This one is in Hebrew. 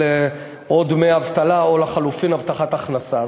עוד דמי אבטלה או לחלופין הבטחת הכנסה.